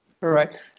Right